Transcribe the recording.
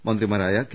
മന്ത്രിമാരായ കെ